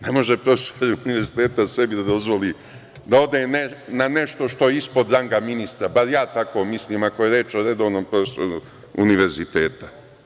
Ne može profesor univerziteta sebi da dozvoli da ode na nešto što je ispod ranga ministra, bar ja tako mislim, ako je reč o redovnom profesoru univerziteta.